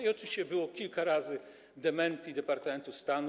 I oczywiście było kilka razy dementi departamentu stanu.